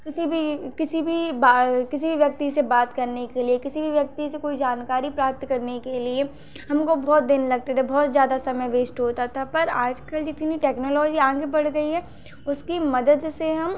किसी भी किसी भी किसी भी व्यक्ति से बात करने के लिए किसी भी व्यक्ति से कोई जानकारी प्राप्त करने के लिए हमको बहुत दिन लगते थे बहुत ज़्यादा समय वेस्ट होता था पर आजकल जितनी टेक्नोलॉजी आगे बढ़ गई है उसकी मदद से हम